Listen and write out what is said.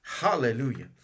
Hallelujah